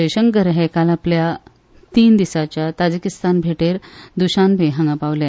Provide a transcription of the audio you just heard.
जयशंकर हे काल आपल्या तीन दिसांच्या ताजिकिस्तान भेटेर द्शानबे हांगा पावले